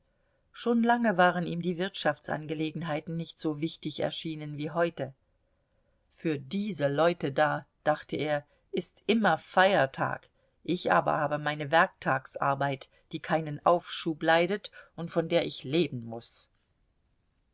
schon lange waren ihm die wirtschaftsangelegenheiten nicht so wichtig erschienen wie heute für diese leute da dachte er ist immer feiertag ich aber habe meine werktagsarbeit die keinen aufschub leidet und von der ich leben muß